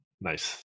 Nice